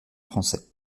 français